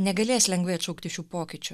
negalės lengvai atšaukti šių pokyčių